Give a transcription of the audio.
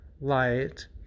light